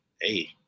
hey